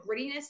grittiness